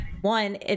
one